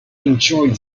enjoyed